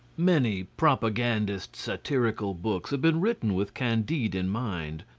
many propagandist satirical books have been written with candide in mind,